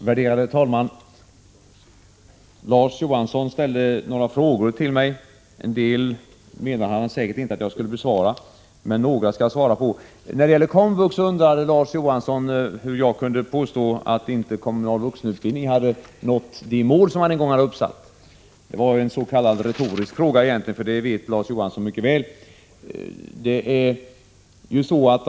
Herr talman! Larz Johansson ställde några frågor till mig. En del av dem menade han säkert inte att jag skulle besvara, men några skall jag svara på. Larz Johansson undrade hur jag kunde påstå att den kommunala vuxenutbildningen inte hade nått de mål som en gång uppsattes. Det var väl en retorisk fråga — Larz Johansson känner ju mycket väl till svaret på den.